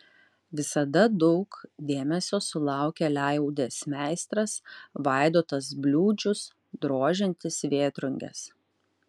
visada daug dėmesio sulaukia liaudies meistras vaidotas bliūdžius drožiantis vėtrunges